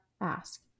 ask